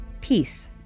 Peace